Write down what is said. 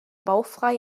bauchfrei